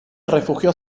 refugió